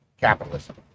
capitalism